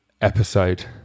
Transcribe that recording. episode